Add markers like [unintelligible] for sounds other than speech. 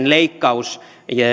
[unintelligible] leikkaus korjattiin